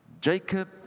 Jacob